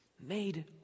made